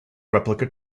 replica